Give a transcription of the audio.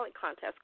contest